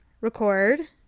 Record